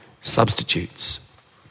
substitutes